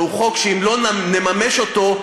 והוא חוק שאם לא נממש אותו,